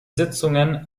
sitzungen